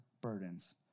burdens